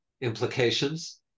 implications